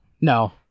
No